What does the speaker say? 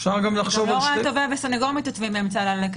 גם לא רואה איך תובע וסנגור מתייצבים באמצע הלילה.